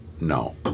no